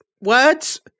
Words